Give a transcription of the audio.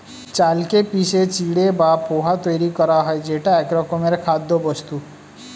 চালকে পিষে চিঁড়ে বা পোহা তৈরি করা হয় যেটা একরকমের খাদ্যবস্তু